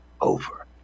over